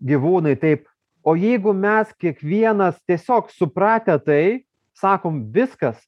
gyvūnai taip o jeigu mes kiekvienas tiesiog supratę tai sakom viskas